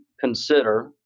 consider